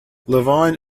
levine